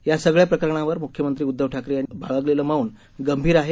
या सगळ्या प्रकरणांवर मुख्यमंत्री उद्दव ठाकरे यांनी बाळगलेलं मौन गंभीर आहे